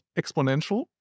exponential